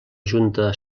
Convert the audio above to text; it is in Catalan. junta